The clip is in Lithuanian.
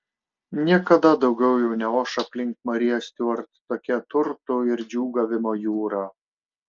niekada daugiau jau neoš aplink mariją stiuart tokia turtų ir džiūgavimo jūra